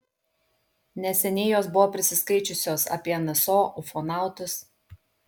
neseniai jos buvo prisiskaičiusios apie nso ufonautus